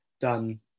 done